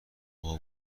اقا